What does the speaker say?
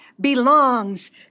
belongs